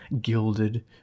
gilded